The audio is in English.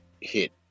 hit